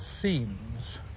seems